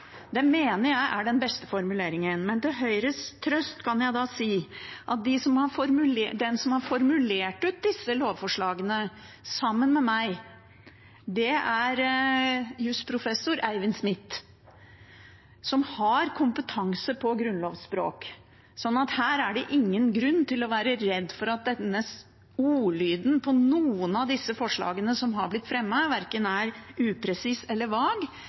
Det mener jeg er den beste formuleringen. Men til Høyres trøst kan jeg da si at den som har formulert disse lovforslagene sammen med meg, er jusprofessor Eivind Smith, som har kompetanse på grunnlovsspråk. Så her er det ingen grunn til å være redd for at ordlyden på noen av de forslagene som har blitt fremmet, er upresis eller vag